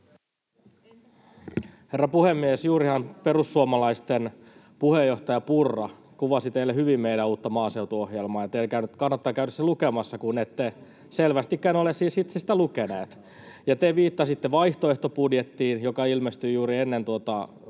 Herra puhemies! Juurihan perussuomalaisten puheenjohtaja Purra kuvasi teille hyvin meidän uutta maaseutuohjelmaa. Teidän kannattaa käydä se lukemassa, kun ette siis selvästikään ole itse sitä lukenut. Ja kun te viittasitte vaihtoehtobudjettiin, joka ilmestyi juuri ennen